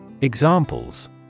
Examples